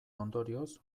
ondorioz